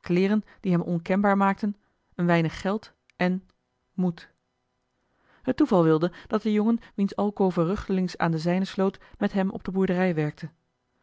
kleeren die hem onkenbaar maakten een weinig geld en moed t toeval wilde dat de jongen wiens alcove ruggelings aan de zijne sloot met hem op de boerderij werkte